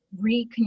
reconnect